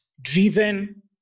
driven